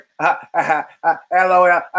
hello